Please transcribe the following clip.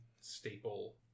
staple